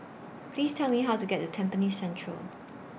Please Tell Me How to get to Tampines Central